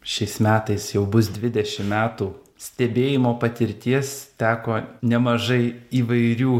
šiais metais jau bus dvidešim metų stebėjimo patirties teko nemažai įvairių